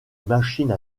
machine